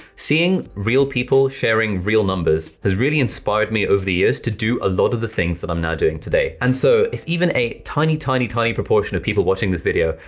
seeing real people sharing real numbers has really inspired me over the years to do a lot of the things that i'm now doing today. and so if even a tiny tiny tiny proportion of people watching this video,